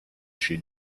she